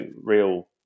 real